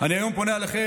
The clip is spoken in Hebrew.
אני היום פונה אליכם,